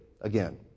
again